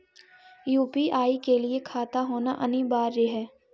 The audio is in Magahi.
यु.पी.आई के लिए खाता होना अनिवार्य है?